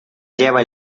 lleva